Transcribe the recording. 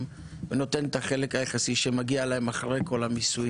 ונותן את החלק היחסי שמגיע להם אחרי כל המיסוי?